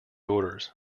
orders